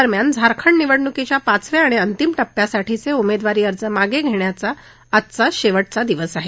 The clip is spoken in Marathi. दरम्यान झारखंड निवडणुकीच्या पाचव्या आणि अंतिम टप्प्यासाठी उमेदवारी अर्ज मागे घेण्याचा आज शेवटचा दिवस आहे